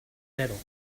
middle